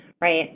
right